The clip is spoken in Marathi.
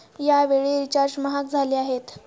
यावेळी रिचार्ज महाग झाले आहेत